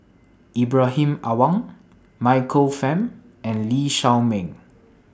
Ibrahim Awang Michael Fam and Lee Shao Meng